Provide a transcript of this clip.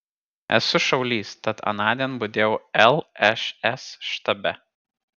esu šaulys tad anądien budėjau lšs štabe